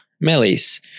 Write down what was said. Melis